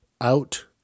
out